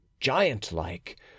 giant-like